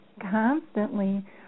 constantly